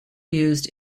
used